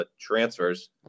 transfers